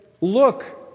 look